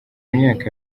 imyaka